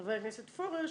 חבר הכנסת פורר,